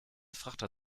frachter